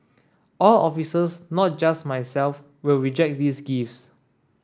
all officers not just myself will reject these gifts